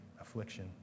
affliction